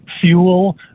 fuel